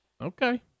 Okay